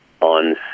on